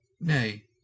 Nay